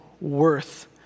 worth